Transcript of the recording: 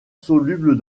soluble